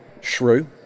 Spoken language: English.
Shrew